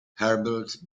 herbert